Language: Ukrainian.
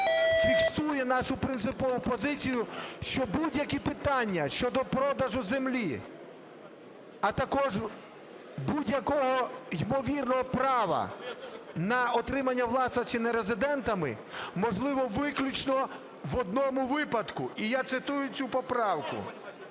фіксує нашу принципову позицію, що будь-які питання щодо продажу землі, а також будь-якого ймовірного права на отримання власності нерезидентами, можливо виключно в одному випадку. І я цитую цю поправку: